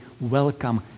Welcome